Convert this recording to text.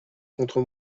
contre